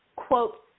quote